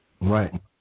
Right